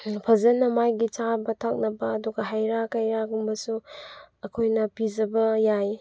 ꯐꯖꯅ ꯃꯥꯒꯤ ꯆꯥꯅ ꯊꯛꯅꯕ ꯑꯗꯨꯒ ꯍꯩ ꯔꯥ ꯀꯌꯥꯒꯨꯝꯕꯁꯨ ꯑꯩꯈꯣꯏꯅ ꯄꯤꯖꯕ ꯌꯥꯏ